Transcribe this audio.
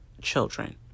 children